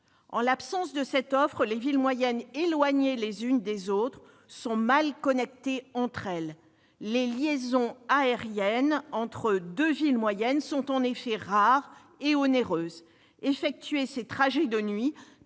En l'absence d'une telle offre, les villes moyennes éloignées les unes des autres sont mal connectées entre elles. En effet, les liaisons aériennes entre deux villes moyennes sont rares et onéreuses. En effectuant ces trajets de nuit,